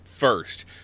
first